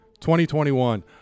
2021